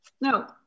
no